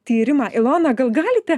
tyrimą ilona gal galite